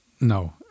no